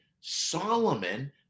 Solomon